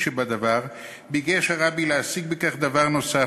שבדבר ביקש הרבי להשיג בכך דבר נוסף,